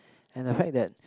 and the fact that